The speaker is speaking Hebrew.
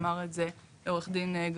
אמר את זה עו"ד גרנית.